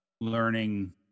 learning